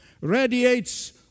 radiates